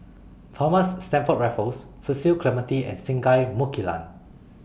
Thomas Stamford Raffles Cecil Clementi and Singai Mukilan